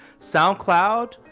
SoundCloud